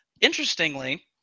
interestingly